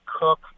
cook